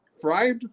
fried